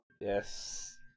Yes